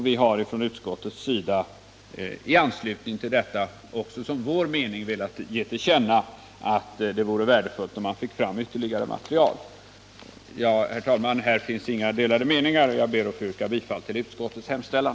Vi har från utskottets sida i anslutning till detta också som vår mening velat ge till känna att det vore värdefullt, om man fick fram ytterligare material. Herr talman! Här finns inga delade meningar, och jag ber att få yrka bifall till utskottets hemställan.